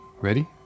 ready